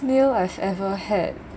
meal I've ever had